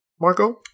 Marco